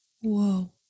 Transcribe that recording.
Whoa